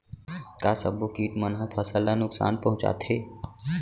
का सब्बो किट मन ह फसल ला नुकसान पहुंचाथे?